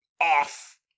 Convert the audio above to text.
off